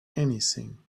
anything